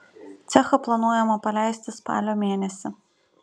cechą planuojama paleisti spalio mėnesį